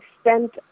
spent